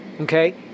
Okay